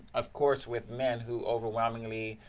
of course, with men, who overwhelmingly,